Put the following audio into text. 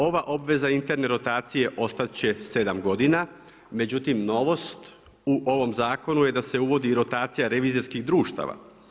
Ova obveza interne rotacije ostat će sedam godina, međutim novost u ovom zakonu je da se uvodi i rotacija revizorskih društava.